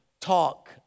talk